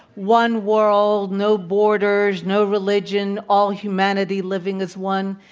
one world, no borders, no religion, all humanity living as one.